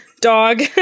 dog